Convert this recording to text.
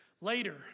Later